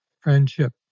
friendship